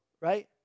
right